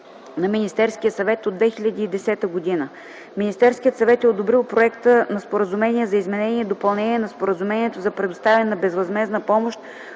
на Министерския съвет от 2010 г. Министерският съвет е одобрил проекта на Споразумение за изменение и допълнение на Споразумението за предоставяне на безвъзмездна помощ